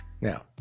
now